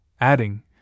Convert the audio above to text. adding